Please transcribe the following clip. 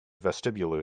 vestibular